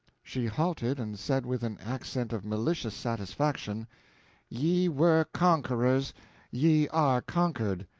she halted, and said with an accent of malicious satisfaction ye were conquerors ye are conquered!